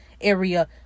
area